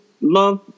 love